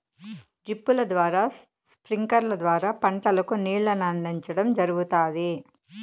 డ్రిప్పుల ద్వారా స్ప్రింక్లర్ల ద్వారా పంటలకు నీళ్ళను అందించడం జరుగుతాది